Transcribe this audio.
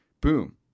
boom